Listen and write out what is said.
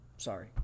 sorry